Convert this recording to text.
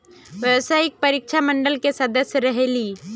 व्यावसायिक परीक्षा मंडल के सदस्य रहे ली?